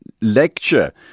lecture